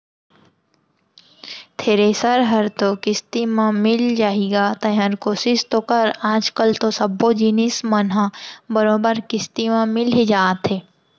thresher हर तो किस्ती म मिल जाही गा तैंहर कोसिस तो कर आज कल तो सब्बो जिनिस मन ह बरोबर किस्ती म मिल ही जाथे